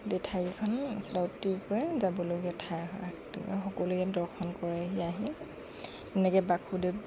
এই ঠাইকেইখন অতিকৈ যাবলগীয়া ঠাই হয় গতিকে সকলোৱে ইয়াত দৰ্শন কৰেহি আহি তেনেকৈ বাসুদেৱ